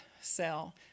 sell